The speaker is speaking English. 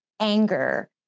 anger